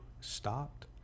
Stopped